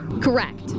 Correct